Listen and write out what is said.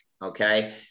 Okay